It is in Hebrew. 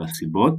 והסיבות?